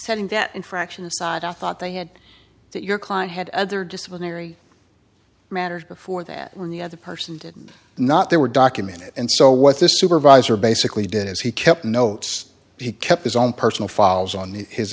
setting that infraction aside i thought they had that your client had other disciplinary matter before that when the other person did not they were documented and so what this supervisor basically did is he kept notes he kept his own personal files on his